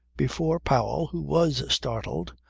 before powell, who was startled,